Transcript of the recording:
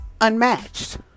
unmatched